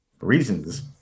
reasons